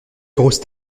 grosse